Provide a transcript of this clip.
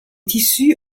tissus